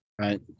Right